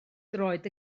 droed